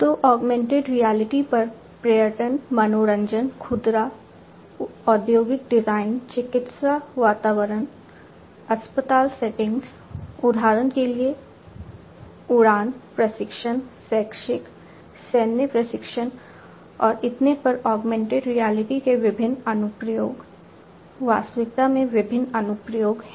तो augmented reality पर पर्यटन मनोरंजन खुदरा औद्योगिक डिजाइन चिकित्सा वातावरण अस्पताल सेटिंग्स उदाहरण के लिए उड़ान प्रशिक्षण शैक्षिक सैन्य प्रशिक्षण और इतने पर ऑगमेंटेड रियलिटी के विभिन्न अनुप्रयोग वास्तविकता में विभिन्न अनुप्रयोग हैं